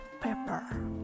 pepper